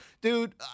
Dude